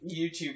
YouTube